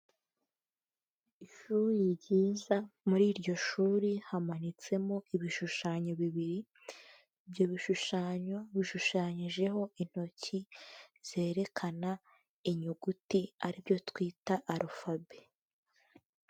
Ishuri ryiza, muri iryo shuri hamanitsemo ibishushanyo bibiri, ibyo bishushanyo bishushanyijeho intoki zerekana inyuguti ari byo twita alphabet.